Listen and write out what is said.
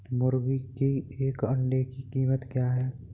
मुर्गी के एक अंडे की कीमत क्या है?